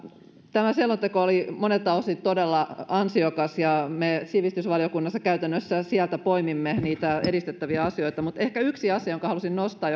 tämä selonteko oli monelta osin todella ansiokas ja me sivistysvaliokunnassa käytännössä sieltä poimimme niitä edistettäviä asioita ehkä yksi asia jonka haluaisin nostaa